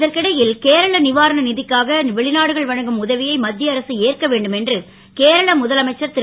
இதற்கிடை ல் கேரள வாரண க்காக வெளிநாடுகள் வழங்கும் உதவியை மத் ய அரசு ஏற்க வேண்டும் என்று கேரள முதலமைச்சர் ரு